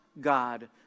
God